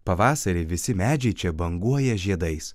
pavasarį visi medžiai čia banguoja žiedais